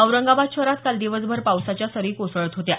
औरंगाबाद शहरात काल दिवसभर पावसाच्या सरी कोसळत होत्या